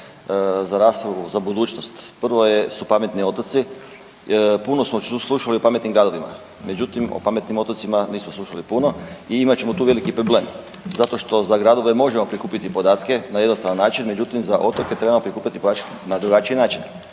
za raspravu za budućnost. Prvo su pametni otoci, puno smo slušali o pametnim gradovima, međutim o pametnim otocima nismo slušali puno i imat ćemo tu veliki problem zato što za gradove možemo prikupiti podatke na jednostavan način, međutim za otoke treba prikupiti na drugačiji način